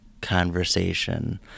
conversation